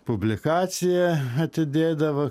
publikacija atidėdavo